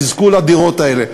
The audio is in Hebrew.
יזכו לדירות האלה.